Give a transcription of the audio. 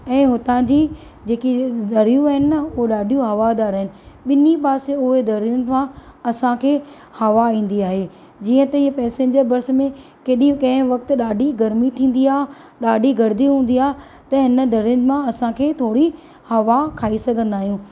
ऐं हुतां जी जेकी दरियूं आहिनि न हुअ ॾाढियूं हवादार आहिनि ॿिन्ही पासे उहे दरियुनि मां असांखे हवा ईंदी आहे जीअं त इहे पैसेंजर बस में केॾी कंहिं वक़्तु ॾाढी गरमी थींदी आहे ॾाढी गर्दी हूंदी आहे त हिन दरियुनि मां असां थोरी हवा खाई सघंदा आहियूं